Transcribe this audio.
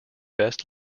best